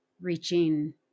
reaching